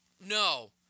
No